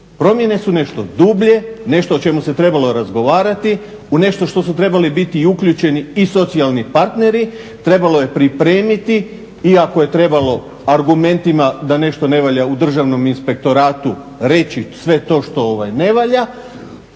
promjene su nešto dublje, nešto o čemu se trebalo razgovarati, u nešto što su trebali biti uključeni i socijalni partneri, trebalo je pripremiti i ako je trebalo argumentima da nešto ne valja u Državnom inspektoratu reći sve to što ne valja,